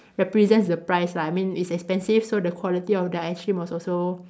represents the price lah I mean it's expensive so the quality of the ice cream was also